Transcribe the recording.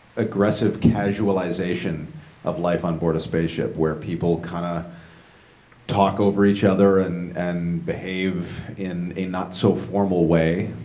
aggressive casualization of life onboard a spaceship, where people kind of talk over each other and and behave in a not so formal way,